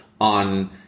on